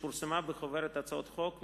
שפורסמה בחוברת הצעות חוק מס'